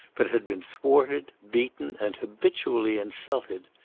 but had been thwarted, beaten, and habitually insulted!